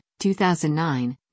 2009